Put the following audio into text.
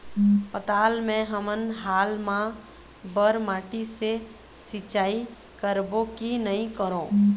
पताल मे हमन हाल मा बर माटी से सिचाई करबो की नई करों?